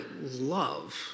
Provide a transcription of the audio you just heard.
love